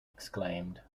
exclaimed